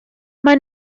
mae